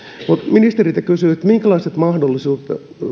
ministeriltä kysyn minkälaiset mahdollisuudet